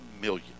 million